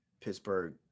Pittsburgh